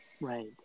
right